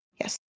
Yes